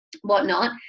whatnot